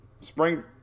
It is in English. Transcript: Spring